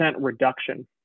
reduction